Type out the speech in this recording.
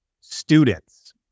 students